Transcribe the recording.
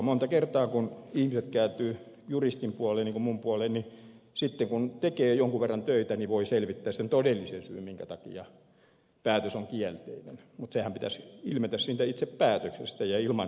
monta kertaa kun ihmiset kääntyvät juristin puoleen niin kuin minun puoleeni sitten kun tekee jonkun verran töitä voi selvittää sen todellisen syyn minkä takia päätös on kielteinen mutta senhän pitäisi ilmetä siitä itse päätöksestä ja ilman juristin apua